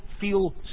feel